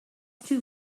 too